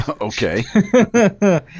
Okay